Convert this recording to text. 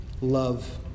love